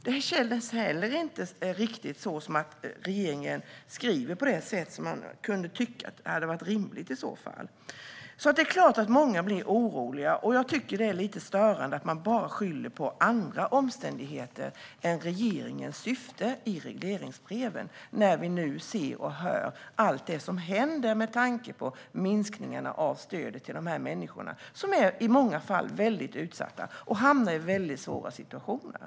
Det känns inte heller riktigt som att regeringen skriver på det sätt som man kan tycka hade varit rimligt i så fall. Det är klart att många blir oroliga. Jag tycker att det är lite störande att man bara skyller på andra omständigheter än regeringens syfte i regleringsbreven när vi nu ser och hör allt som händer i samband med minskningarna av stödet till de här människorna, som i många fall är väldigt utsatta och hamnar i väldigt svåra situationer.